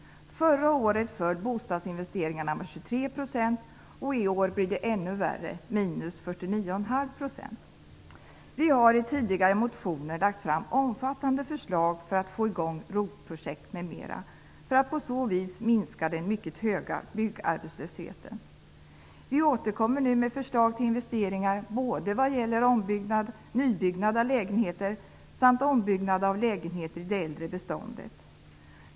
Förra året föll bostadsinvesteringarna med 23 %. I år blir det ännu värre -- minus 49,5 %. Vi har i tidigare motioner lagt fram omfattande förslag för att få i gång ROT-projekt m.m. för att på så vis minska den mycket höga byggarbetslösheten. Vi återkommer nu med förslag till investeringar både vad gäller nybyggnad av lägenheter samt ombyggnad av lägenheter i det äldre beståndet.